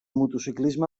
motociclisme